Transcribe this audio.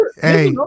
hey